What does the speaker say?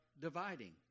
dividing